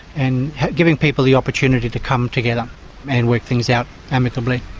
and giving people the opportunity to come together and work things out amicably.